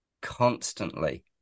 constantly